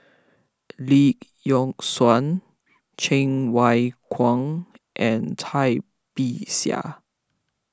Lee Yock Suan Cheng Wai Keung and Cai Bixia